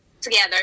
together